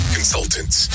Consultants